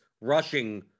rushing